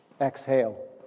exhale